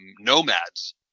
nomads